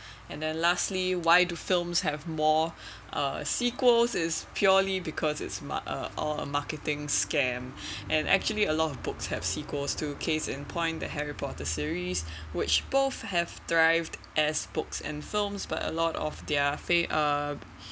and then lastly why do films have more uh sequels is purely because it's mar~ uh all marketing scam and actually a lot of books have sequels to case in point the harry potter series which both have thrived as books and films but a lot of their fan uh